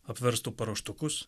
apverstų paruoštukus